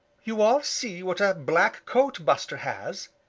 you all see what a black coat buster has,